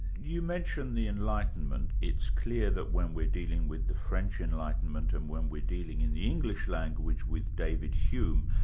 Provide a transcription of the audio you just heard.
you mention the enlightenment. it's clear that when we're dealing with the french enlightenment and when we're dealing in the english language with david hume,